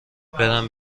برم